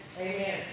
Amen